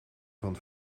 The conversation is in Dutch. van